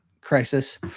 crisis